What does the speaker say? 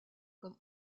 comme